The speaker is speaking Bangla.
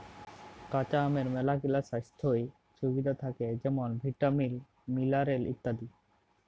কাঁচা আমের ম্যালাগিলা স্বাইস্থ্য সুবিধা থ্যাকে যেমল ভিটামিল, মিলারেল ইত্যাদি